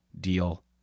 deal